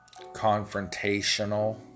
confrontational